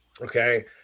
okay